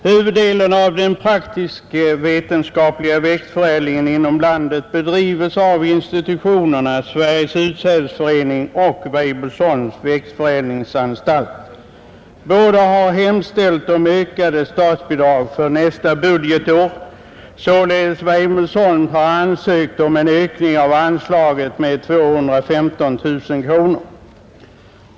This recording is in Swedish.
Huvuddelen av den praktiskt vetenskapliga växtförädlingen inom landet bedrivs av institutionerna Sveriges utsädesförening och Weibullsholms växtförädlingsanstalt. Båda har hemställt om ökade statsbidrag för nästa budgetår. Således har Weibullsholm ansökt om en ökning av anslaget med 215 000 kronor.